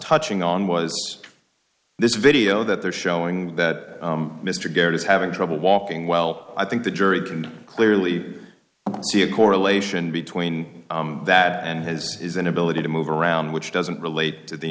touching on was this video that they're showing that mr garrett is having trouble walking well i think the jury can clearly see a correlation between that and his is an ability to move around which doesn't relate to the